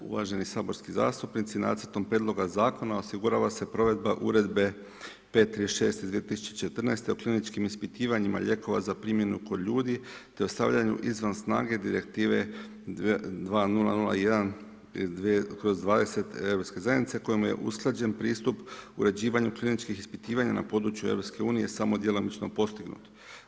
Uvaženi saborski zastupnici, nacrtom prijedloga zakona osigurava se provedba uredbe 536 iz 2014. o kliničkim ispitivanjima lijekova za primjenu kod ljudi te o stavljanju izvan snage direktive 2001/20 Europske zajednice kojima je usklađen pristup uređivanju kliničkih ispitivanja na području EU samo djelomično postignut.